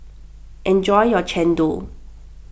enjoy your Chendol